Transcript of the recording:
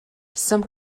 some